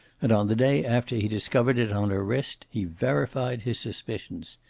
and on the day after he discovered it on her wrist he verified his suspicions.